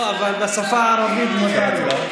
לא, אבל בשפה הערבית מותר לו.